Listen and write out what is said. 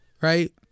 Right